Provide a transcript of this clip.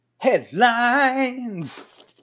headlines